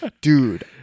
Dude